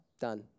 done